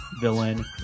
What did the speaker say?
villain